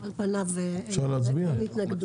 על פניו אין התנגדות.